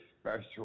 special